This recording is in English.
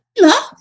love